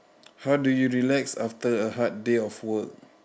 what do you relax after a hard day of work